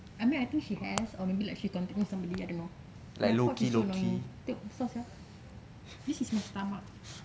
I mean I think she has or maybe like she contacting somebody I don't know oh my god it's so annoying tengok besar sia this is my stomach